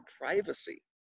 privacy